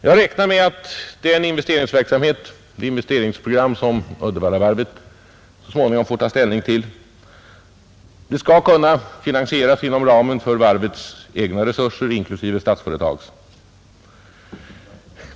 Jag räknar med att det investeringsprogram som Uddevallavarvet så småningom kommer att ta ställning till skall kunna finansieras inom ramen för varvets egna resurser inklusive Statsföretags.